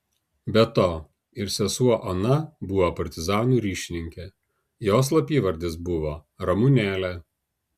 be to ir sesuo ona buvo partizanų ryšininkė jos slapyvardis buvo ramunėlė